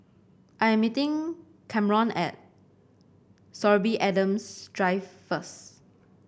I am meeting Kamron at Sorby Adams Drive first